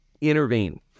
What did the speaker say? intervene